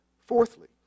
Fourthly